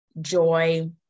joy